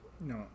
No